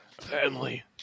family